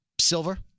silver